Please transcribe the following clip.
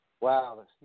Wow